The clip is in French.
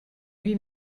lui